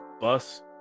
bus